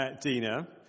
Dina